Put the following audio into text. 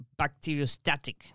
bacteriostatic